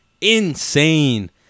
insane